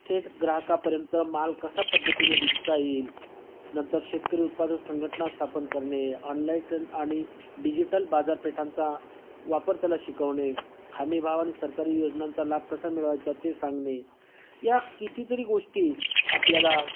थेट ग्राहकापर्यंत माल कसा पद्धतीने विकता येईल नंतर शेतकरी उत्पादन संघटना स्थापन करणे ऑनलाई ट्रन आणि डिजिटल बाजारपेठांचा वापर त्याला शिकवणे हामीभाव आणि सरकारी योजनांचा लाभ कसा मिळवायचा ते सांगणे या कितीतरी गोष्टी आपल्याला